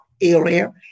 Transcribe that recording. area